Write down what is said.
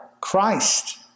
Christ